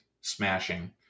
smashing